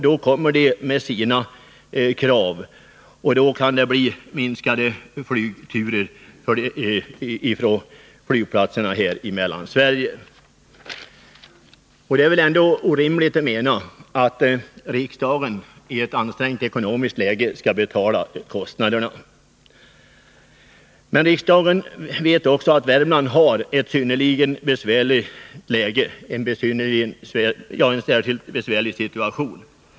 Då kommer företaget med sina krav, och då kan det bli ett minskat antal flygturer från flygplatserna i Mellansverige. Det är väl ändå orimligt att riksdagen i ett ansträngt läge skall betala kostnaderna. Men riksdagen vet också att Värmland har en synnerligen besvärlig situation.